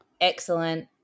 excellent